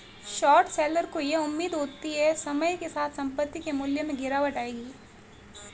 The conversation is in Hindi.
शॉर्ट सेलर को यह उम्मीद होती है समय के साथ संपत्ति के मूल्य में गिरावट आएगी